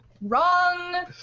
wrong